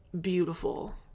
beautiful